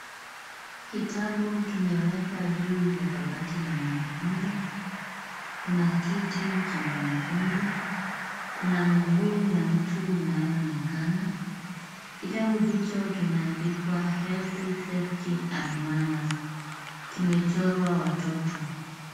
Kitabu kimewekwa juu ya kabati la mwanafunzi. Kuna kiti cha mwanafunzi. Kuna miguu ya mtu inayoonekana. Kitabu hicho kimeandikwa health, safety and manners . Kimechorwa watoto.